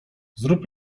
zrób